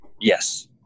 yes